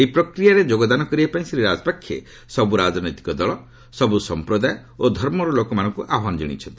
ଏହି ପ୍ରକ୍ରିୟାରେ ଯୋଗଦାନ କରିବା ପାଇଁ ଶ୍ରୀ ରାଜପାକ୍ଷେ ସବୁରାଜନୈତିକ ଦଳ ସବୁସଂପ୍ରଦାୟ ଓ ଧର୍ମର ଲୋକମାନଙ୍କୁ ଆହ୍ୱାନ ଜଣାଇଛନ୍ତି